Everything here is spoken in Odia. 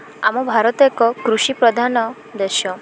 ଆମ ଭାରତ ଏକ କୃଷିପ୍ରଧାନ ଦେଶ